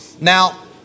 Now